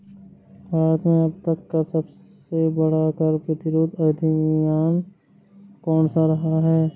भारत में अब तक का सबसे बड़ा कर प्रतिरोध अभियान कौनसा रहा है?